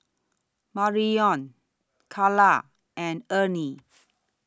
Marrion Karla and Ernie